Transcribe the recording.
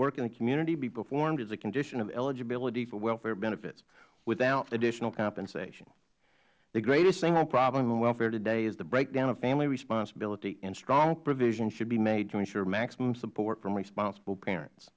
work in the community be performed as a condition of eligibility for welfare benefits without additional compensation and the greatest single problem in welfare today is the breakdown of family responsibility and strong provisions should be made to insure maximum support from responsible parents